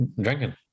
drinking